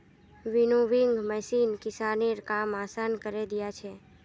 winnowing machine किसानेर काम आसान करे दिया छे